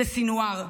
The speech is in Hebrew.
זה סנוואר.